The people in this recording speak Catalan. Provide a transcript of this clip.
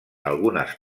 algunes